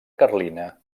carlina